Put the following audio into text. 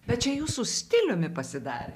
bet čia jūsų stiliumi pasidarė